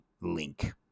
Link